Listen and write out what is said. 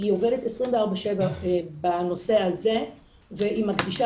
היא עובדת 24/7 בנושא הזה והיא מקדישה